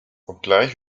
obgleich